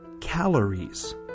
Calories